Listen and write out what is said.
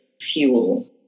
fuel